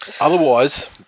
Otherwise